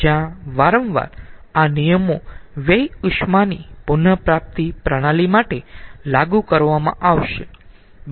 જ્યા વારંવાર આ નિયમો વ્યય ઉષ્માની પુન પ્રાપ્તિ પ્રણાલી માટે લાગુ કરવામાં આવશે